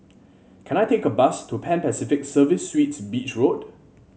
can I take a bus to Pan Pacific Serviced Suites Beach Road